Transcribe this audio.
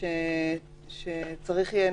כלומר שצריך שיהיו